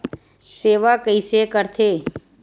सेवा कइसे करथे?